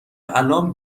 الان